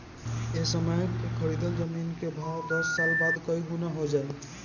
ए समय कअ खरीदल जमीन कअ भाव दस साल बाद कई गुना हो जाई